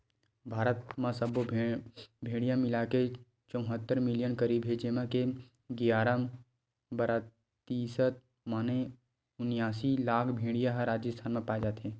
भारत म सब्बो भेड़िया मिलाके चउहत्तर मिलियन करीब हे जेमा के गियारा परतिसत माने उनियासी लाख भेड़िया ह राजिस्थान म पाए जाथे